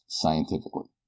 scientifically